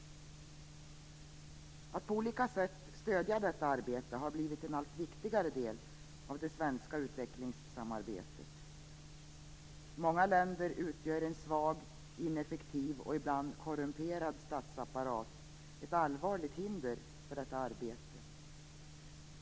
Att på olika sätt stödja detta arbete har blivit en allt viktigare del av det svenska utvecklingssamarbetet. I många länder utgör en svag, ineffektiv och ibland korrumperad statsapparat ett allvarligt hinder för detta arbete.